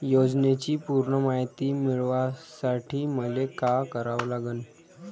योजनेची पूर्ण मायती मिळवासाठी मले का करावं लागन?